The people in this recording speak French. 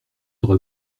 sera